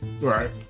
Right